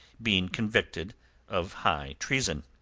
being convicted of high treason.